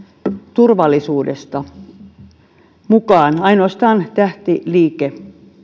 turvallisuudesta ainoastaan tähtiliike